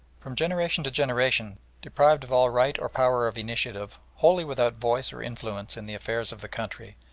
from generation to generation deprived of all right or power of initiative, wholly without voice or influence in the affairs of the country,